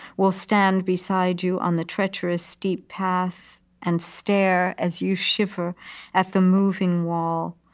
will stand beside you on the treacherous steep path and stare as you shiver at the moving wall,